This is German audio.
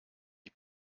die